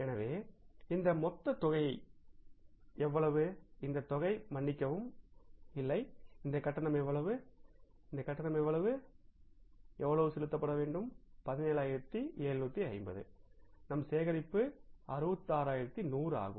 எனவே இந்த மொத்தத் தொகையை எவ்வளவு இந்த தொகை மன்னிக்கவும் இல்லை இந்த கட்டணம் எவ்வளவு இந்த கட்டணம் எவ்வளவு செலுத்தப்பட வேண்டும்17750 நம் சேகரிப்பு 66100 ஆகும்